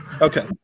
Okay